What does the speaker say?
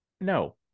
no